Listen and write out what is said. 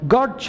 God